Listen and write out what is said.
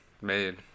made